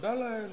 תודה לאל,